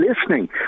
listening